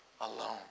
alone